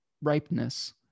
ripeness